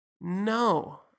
No